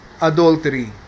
adultery